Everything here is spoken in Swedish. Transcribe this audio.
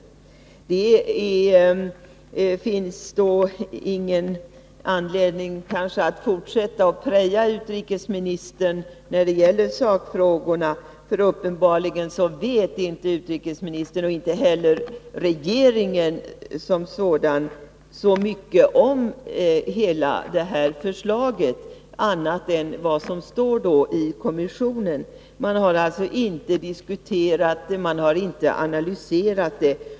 Således finns det inte någon anledning att fortsätta att försöka preja utrikesministern när det gäller sakfrågorna. Uppenbarligen vet inte utrikesministern, och inte heller regeringen, så mycket om det här förslaget — bortsett från det som kommissionen uttalat. Man har alltså inte diskuterat eller analyserat det.